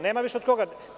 Nema više od koga.